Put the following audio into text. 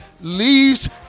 leaves